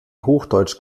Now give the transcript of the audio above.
hochdeutsch